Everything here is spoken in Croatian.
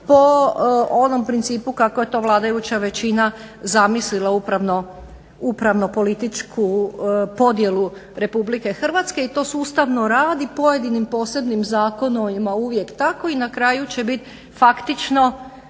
po onom principu kako je to vladajuća zamislila upravno političku podjelu RH i to sustavno radi pojedinim posebnim zakonima uvijek tako i na kraju će bit faktično